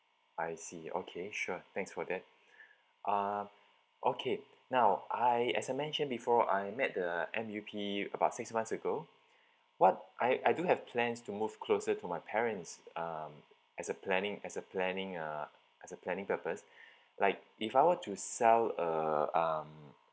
I see okay sure thanks for that um okay now I as I mentioned before I met the M_U_P about six months ago what I I don't have plans to move closer to my parents um as a planning as a planning uh as a planning purpose like if I want to sell a um